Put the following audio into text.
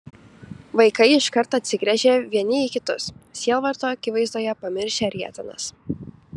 vaikai iškart atsigręžė vieni į kitus sielvarto akivaizdoje pamiršę rietenas